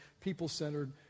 people-centered